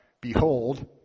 Behold